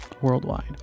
worldwide